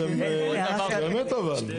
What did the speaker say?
אתם, באמת אבל.